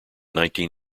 nineteen